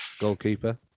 goalkeeper